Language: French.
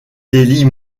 délits